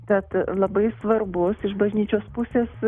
tad labai svarbus iš bažnyčios pusės